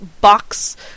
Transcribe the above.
box